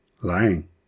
lying